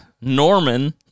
Norman